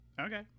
Okay